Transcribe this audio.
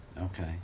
Okay